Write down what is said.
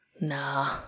Nah